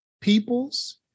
peoples